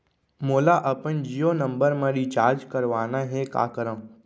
मोला अपन जियो नंबर म रिचार्ज करवाना हे, का करव?